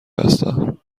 هستم